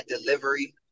delivery